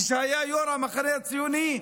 כשהיה ראש המחנה הציוני,